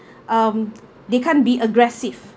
um they can't be aggressive